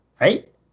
Right